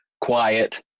quiet